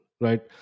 right